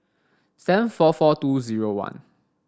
seven four four two zero one